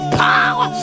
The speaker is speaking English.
power